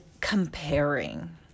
comparing